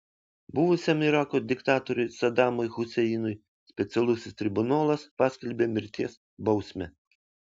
buvusiam irako diktatoriui sadamui huseinui specialusis tribunolas paskelbė mirties bausmę